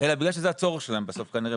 אלא בגלל שזה הצורך שלהם בסוף כנראה.